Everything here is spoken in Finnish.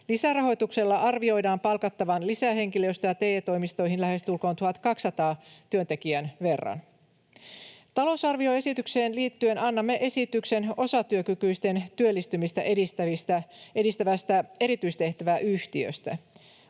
Lisärahoituksella arvioidaan palkattavan lisää henkilöstöä TE-toimistoihin lähestulkoon 1 200 työntekijän verran. Talousarvioesitykseen liittyen annamme esityksen osatyökykyisten työllistymistä edistävästä erityistehtäväyhtiöstä.